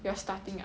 your starting ah